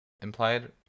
implied